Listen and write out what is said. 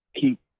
Keep